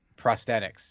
prosthetics